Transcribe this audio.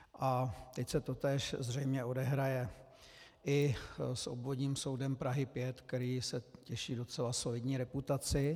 A teď se totéž zřejmě odehraje i s Obvodním soudem Prahy 5, který se těší docela solidní reputaci.